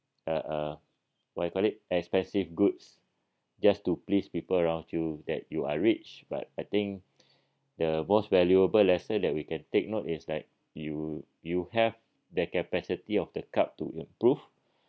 uh what you call it expensive goods just to please people around you that you are rich but I think the most valuable lesson that we can take note is like you you have the capacity of the cup to improve